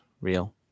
real